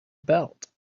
belt